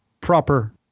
proper